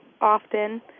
often